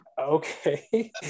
okay